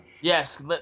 Yes